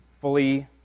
fully